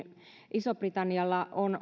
isolla britannialla